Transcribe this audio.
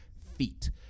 feet